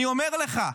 אני אומר לך,